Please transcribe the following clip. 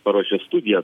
paruošė studiją